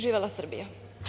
Živela Srbija!